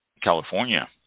California